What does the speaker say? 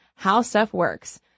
HowStuffWorks